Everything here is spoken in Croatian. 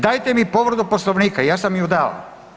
Dajte mi povredu Poslovnika, ja sam ju dao.